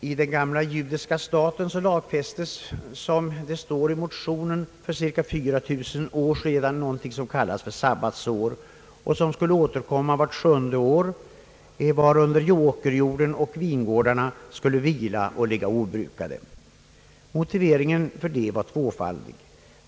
I den gamla judiska staten lagfästes, som det står i motionen, för cirka 3 000 år sedan något som kallades sabbatsår och som skulle återkomma vart sjunde år, varunder åkerjorden och vingårdarna skulle vila och ligga obrukade. Motiveringen var tvåfaldig.